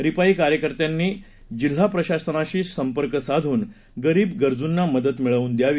रिपाई कार्यकर्त्यांनी जिल्हा प्रशासनाशी संपर्क साधून गरीब गरजूंना मदत मिळवून द्यावी